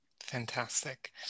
Fantastic